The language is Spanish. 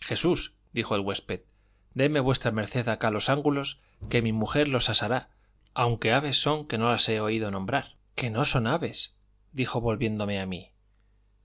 jesús dijo el huésped déme v md acá los ángulos que mi mujer los asará aunque aves son que no las he oído nombrar que no son aves dijo volviéndose a mí